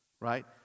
Right